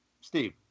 Steve